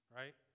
right